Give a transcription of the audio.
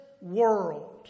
world